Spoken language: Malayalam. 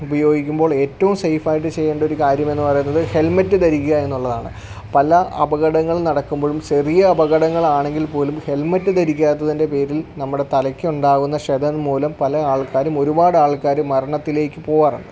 ഉപയോഗിക്കുമ്പോൾ ഏറ്റവും സേഫ് ആയിട്ട് ചെയ്യേണ്ട ഒരു കാര്യം എന്ന് പറയുന്നത് ഹെൽമറ്റ് ധരിക്കുക എന്നുള്ളതാണ് പല അപകടങ്ങൾ നടക്കുമ്പോഴും ചെറിയ അപകടങ്ങൾ ആണെങ്കിൽ പോലും ഹെൽമെറ്റ് ധരിക്കാത്തതിൻ്റെ പേരിൽ നമ്മുടെ തലയ്ക്ക് ഉണ്ടാകുന്ന ക്ഷതം മൂലം പല ആൾക്കാരും ഒരുപാട് ആൾക്കാർ മരണത്തിലേക്ക് പോകാറുണ്ട്